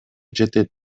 жетет